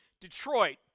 Detroit